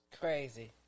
Crazy